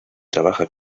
trabaja